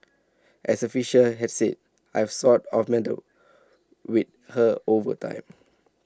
as A Fisher have said I've sort of melded with her over time